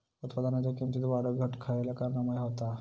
उत्पादनाच्या किमतीत वाढ घट खयल्या कारणामुळे होता?